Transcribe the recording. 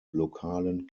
lokalen